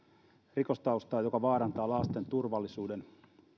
rikostaustaa joka vaarantaa lasten turvallisuuden